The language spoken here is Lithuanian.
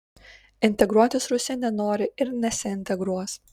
integruotis rusija nenori ir nesiintegruos